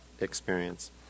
experience